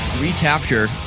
recapture